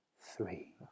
Three